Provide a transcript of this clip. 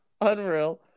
unreal